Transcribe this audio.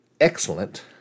Excellent